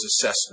assessment